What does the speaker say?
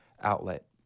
outlet